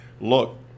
Look